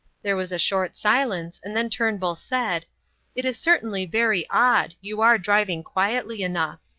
there was a short silence, and then turnbull said it is certainly very odd, you are driving quietly enough.